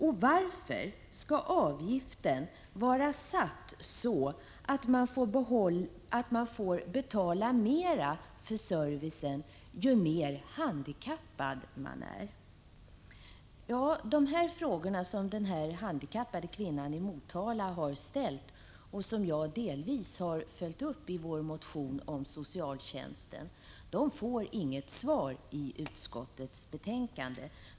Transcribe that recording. Varför skall avgiften vara satt så att man får betala mera för servicen ju mer handikappad man är? De här frågorna, som denna handikappade kvinna i Motala har ställt och som jag delvis har följt upp i vår motion om socialtjänsten, får inget svar i utskottets betänkande.